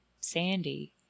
Sandy